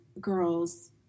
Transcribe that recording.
girls